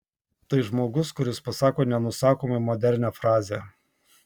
tai žmogus kuris pasako nenusakomai modernią frazę